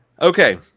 Okay